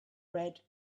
red